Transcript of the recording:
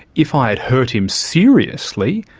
if i'd hurt him seriously,